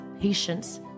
patience